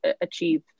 achieve